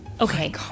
Okay